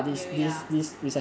really ah